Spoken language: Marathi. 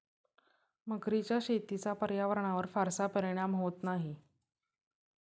मगरीच्या शेतीचा पर्यावरणावर फारसा परिणाम होत नाही